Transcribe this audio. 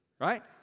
Right